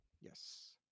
Yes